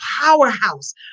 powerhouse